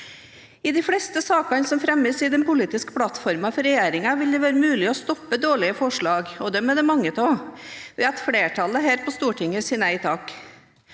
I de fleste sakene som fremmes i den politiske plattformen for regjeringen, vil det være mulig å stoppe dårlige forslag – og dem er det mange av – ved at flertallet her på Stortinget sier nei takk.